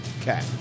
Okay